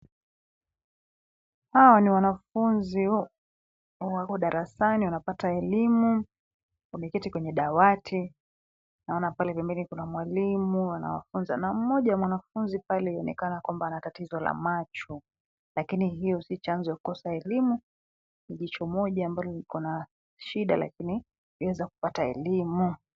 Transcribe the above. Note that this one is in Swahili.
Hawa ni wanafunzi, wako darasani wanapata elimu, wameketi kwenye dawati, naona pale pembeni kuna mwalimu anawafunza na mmoja wa wanafunzi pale yuonekana kwamba ana tatizo la macho, lakini hio si chanzo ya kukosa elimu, ni jicho moja ambalo liko na, shida lakini, yawaweza kupata elimu.